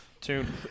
tune